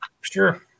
sure